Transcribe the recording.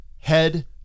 head